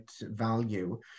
value